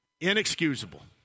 inexcusable